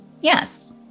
Yes